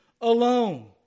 alone